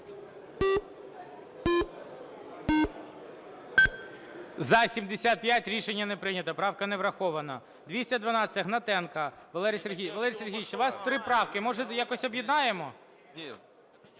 За-75 Рішення не прийнято. Правка не врахована. 212-а Гнатенка. Валерій Сергійович, у вас три правки. Може, якось об'єднаємо?